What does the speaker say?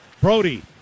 Brody